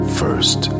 first